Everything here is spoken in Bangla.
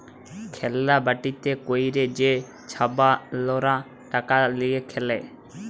খেল্লা বাটিতে ক্যইরে যে ছাবালরা টাকা লিঁয়ে খেলে